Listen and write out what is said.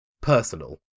personal